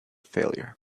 failure